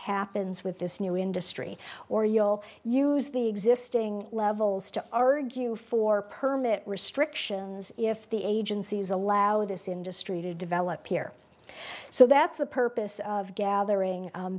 happens with this new industry or you'll use the existing levels to argue for permit restrictions if the agencies allow this industry to develop here so that's the purpose of gathering